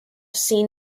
seen